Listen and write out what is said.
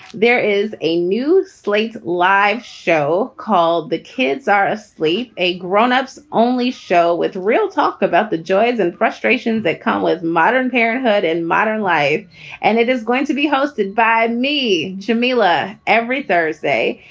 there is a new slate live show called the kids are asleep. a grownups only show with real talk about the joys and frustrations that come with modern parenthood and modern life. and it is going to be hosted by me, jamila, every thursday.